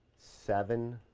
seven.